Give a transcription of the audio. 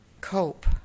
cope